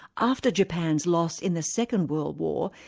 after japan's loss in the second world war,